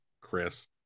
chris